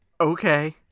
Okay